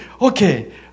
Okay